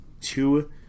two